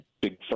big